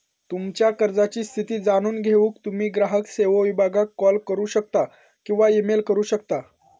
तुमच्यो कर्जाची स्थिती जाणून घेऊक तुम्ही ग्राहक सेवो विभागाक कॉल करू शकता किंवा ईमेल करू शकता